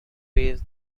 ways